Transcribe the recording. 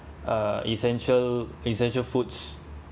uh essential essential foods